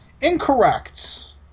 Incorrect